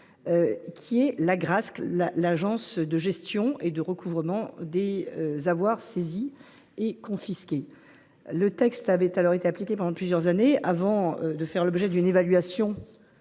en la matière, l’Agence de gestion et de recouvrement des avoirs saisis et confisqués (Agrasc). Ce texte a été appliqué pendant plusieurs années avant de faire l’objet d’une évaluation